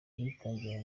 yitangiye